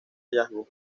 hallazgo